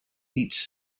beach